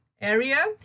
Area